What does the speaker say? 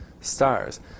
stars